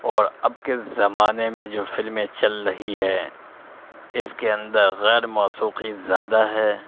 اور اب کے زمانے میں جو فلمیں چل رہی ہیں اس کے اندر غیرموسیقی زیادہ ہے